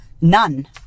None